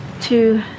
two